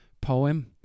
poem